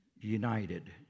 united